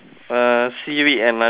seaweed and luncheon meat